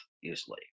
usually